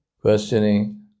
Questioning